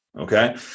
Okay